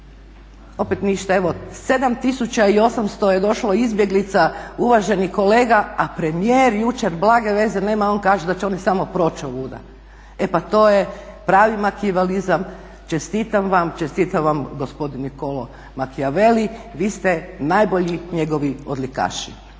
opet ništa. Evo 7800 je došlo izbjeglica uvaženi kolega, a premijer jučer blage veze nema on kaže da će oni samo proći ovuda. E pa to je pravi makjavelizam, čestitam vam, čestitam vam gospodin Machiavelli! Vi ste najbolji njegovi odlikaši.